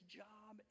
job